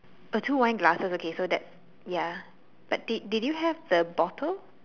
two wine glasses okay so that ya but did did you have the bottle